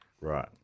Right